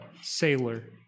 sailor